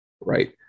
right